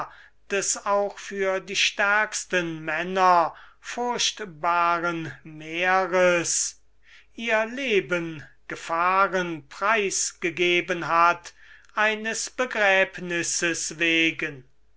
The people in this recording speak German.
des auch für die stärksten männer furchtbaren meeres ihr leben gefahren preis gegeben hat eines begräbnisses wegen